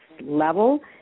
level